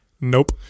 Nope